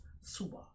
Super